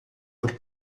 por